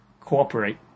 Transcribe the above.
cooperate